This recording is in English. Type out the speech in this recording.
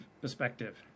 perspective